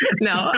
No